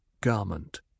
Garment